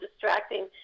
distracting